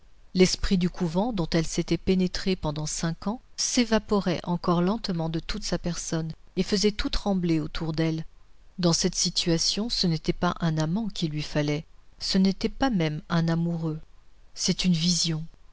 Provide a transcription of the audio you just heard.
l'esprit du couvent dont elle s'était pénétrée pendant cinq ans s'évaporait encore lentement de toute sa personne et faisait tout trembler autour d'elle dans cette situation ce n'était pas un amant qu'il lui fallait ce n'était pas même un amoureux c'était une vision